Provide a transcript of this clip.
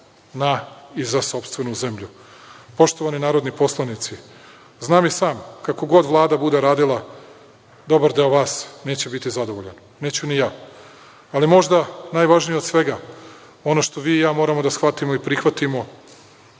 na i za sopstvenu zemlju. Poštovani narodni poslanici, znam i sam, kako Vlada bude radila dobar deo vas neće biti zadovoljan, neću ni ja, ali možda, najvažnije od svega, ono što vi i ja moramo da shvatimo i prihvatimo,